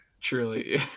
truly